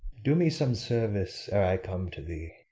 do me some service ere i come to thee.